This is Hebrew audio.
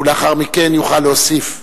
ולאחר מכן יוכל להוסיף.